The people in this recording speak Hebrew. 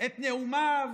את נאומיו